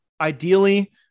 Ideally